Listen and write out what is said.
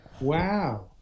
wow